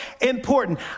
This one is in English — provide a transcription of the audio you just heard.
important